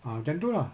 ah macam itu lah